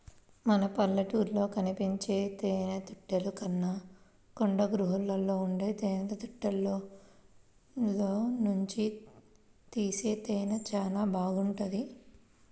మన పల్లెటూళ్ళలో కనిపించే తేనెతుట్టెల కన్నా కొండగుహల్లో ఉండే తేనెతుట్టెల్లోనుంచి తీసే తేనె చానా బాగుంటది